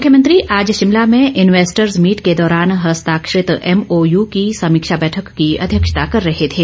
मुख्यमंत्री आज शिमला में इन्वेस्टर्स मीट के दौरान हस्ताक्षरित एमओयू की समीक्षा बैठक की अध्यक्षता कर रहे थे